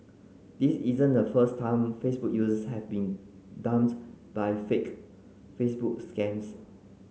this isn't the first time Facebook users have been by fake Facebook scams